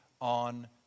on